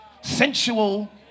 sensual